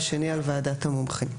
והשני על ועדת המומחים.